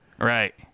Right